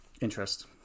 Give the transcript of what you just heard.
Interest